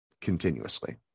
continuously